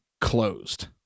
closed